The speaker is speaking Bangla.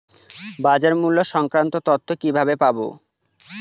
বাজার মূল্য সংক্রান্ত তথ্য কিভাবে পাবো?